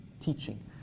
teaching